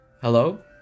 Hello